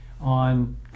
on